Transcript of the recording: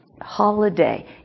holiday